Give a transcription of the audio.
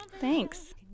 Thanks